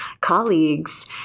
colleagues